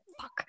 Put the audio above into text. fuck